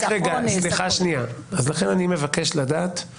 לכן אני מבקש לדעת על